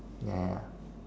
ya ya